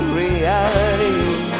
reality